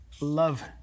love